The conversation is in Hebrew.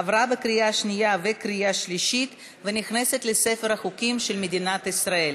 עברה בקריאה שנייה וקריאה שלישית ונכנסת לספר החוקים של מדינת ישראל.